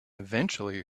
eventually